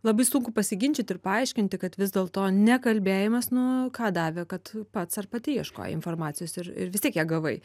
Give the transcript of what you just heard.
labai sunku pasiginčyt ir paaiškinti kad vis dėlto ne kalbėjimas nu ką davė kad pats ar pati ieškojai informacijos ir ir vis tiek ją gavai